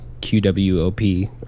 Q-W-O-P